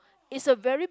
is a very